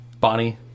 Bonnie